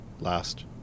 Last